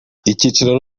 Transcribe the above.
icyiciro